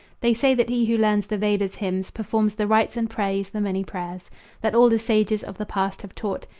they say that he who learns the vedas' hymns, performs the rites and prays the many prayers that all the sages of the past have taught,